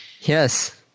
Yes